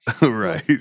Right